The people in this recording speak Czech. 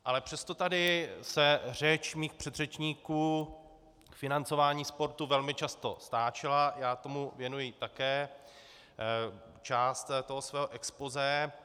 Ale přesto tady se řeč mých předřečníků k financování sportu velmi často stáčela, já tomu věnuji také část toho svého expozé.